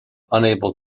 unable